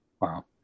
Wow